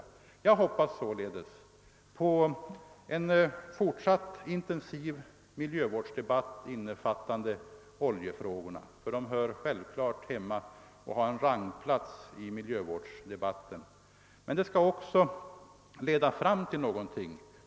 Jag hoppas således på en fortsatt intensiv miljövårdsdebatt innefattande oljefrågorna, ty de hör självklart hemma i miljövårdsdebatten och har en rangplats där. Men den skall också leda fram till någonting.